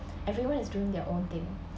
everyone is doing their own thing